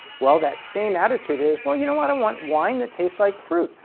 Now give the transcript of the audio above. well, that same attitude is, well, you know what, i want wine that tastes like fruit.